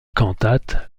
cantates